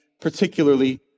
particularly